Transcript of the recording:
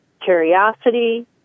curiosity